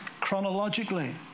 chronologically